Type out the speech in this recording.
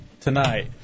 tonight